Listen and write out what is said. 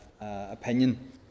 opinion